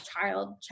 child